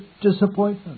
disappointment